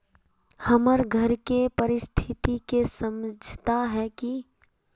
हमर घर के परिस्थिति के समझता है की?